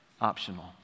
optional